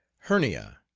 hernia.